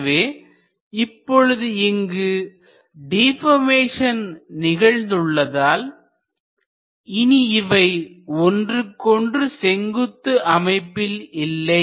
எனவே இப்பொழுது இங்கு டிபர்மேசன் நிகழ்ந்து உள்ளதால் இவை இனி ஒன்றுக்கொன்று செங்குத்து அமைப்பில் இல்லை